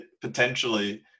potentially